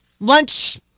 Lunch